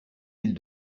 ils